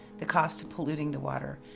the cost of polluting the water,